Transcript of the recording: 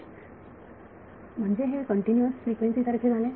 विद्यार्थी म्हणजे हे कंटिन्यूअस फ्रिक्वेन्सी सारखे झाले